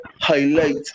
highlight